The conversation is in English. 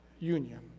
union